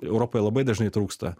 europoje labai dažnai trūksta